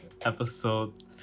episode